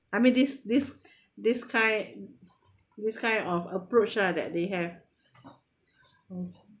I mean this this this kind this kind of approach lah that they have mm